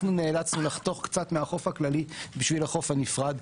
אנחנו נאלצנו לחתוך קצת מהחוף הכללי בשביל החוף הנפרד,